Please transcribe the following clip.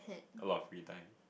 a lot of free time